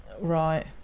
right